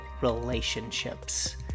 relationships